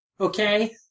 Okay